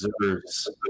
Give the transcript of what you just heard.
deserves